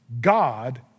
God